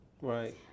Right